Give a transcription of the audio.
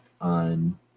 on